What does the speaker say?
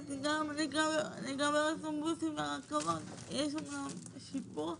גם לגבי האוטובוסים והרכבות יש צורך בשיפור.